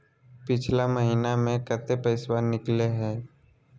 पिछला महिना मे कते पैसबा निकले हैं?